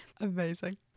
amazing